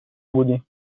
بودی